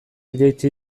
jaitsi